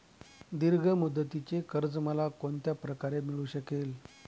दीर्घ मुदतीचे कर्ज मला कोणत्या प्रकारे मिळू शकेल?